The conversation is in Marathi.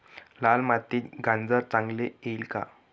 लाल मातीत गाजर चांगले येईल का?